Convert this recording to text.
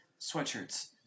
sweatshirts